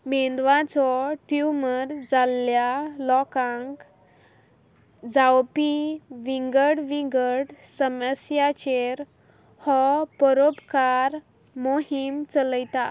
मेंदवाचो ट्युमर जाल्ल्या लोकांक जावपी विंगड विंगड समस्यांचेर हो परोपकार मोहीम चलयता